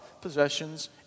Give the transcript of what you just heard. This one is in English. possessions